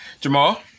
Jamal